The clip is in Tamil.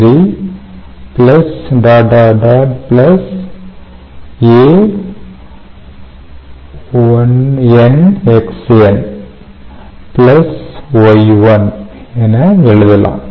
a1n Xn Y1 என எழுதலாம்